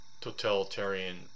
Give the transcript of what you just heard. totalitarian